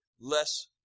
less